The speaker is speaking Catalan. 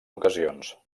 ocasions